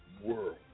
world